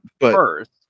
first